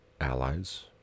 allies